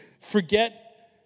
Forget